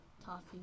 Toffee